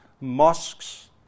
mosques